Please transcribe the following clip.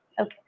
Okay